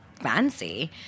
fancy